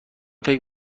فکر